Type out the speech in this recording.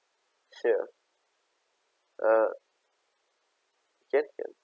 fear uh can can